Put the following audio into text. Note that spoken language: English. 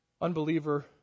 Unbeliever